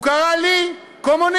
הוא קרא לי קומוניסט.